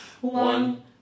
one